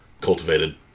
cultivated